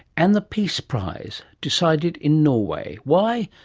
and the peace prize, decided in norway? why,